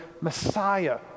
Messiah